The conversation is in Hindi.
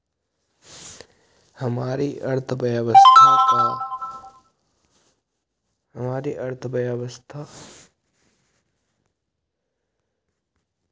हमारी अर्थव्यवस्था पर बजट का क्या असर पड़ सकता है इसके प्रभावों को समझने के लिए सार्वजिक वित्त मददगार है